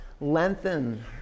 lengthen